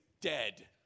dead